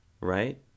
Right